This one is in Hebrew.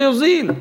זה יוזיל.